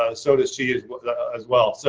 ah so does she as as well. so,